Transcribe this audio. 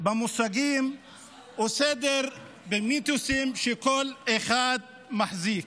במושגים או סדר במיתוסים שכל אחד מחזיק.